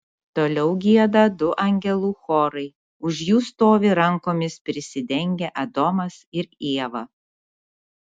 toliau gieda du angelų chorai už jų stovi rankomis prisidengę adomas ir ieva